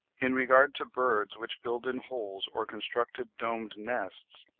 in regard to birds which build in holes or construct domed nests,